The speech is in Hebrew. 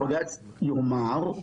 בג"צ יאמר,